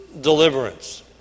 deliverance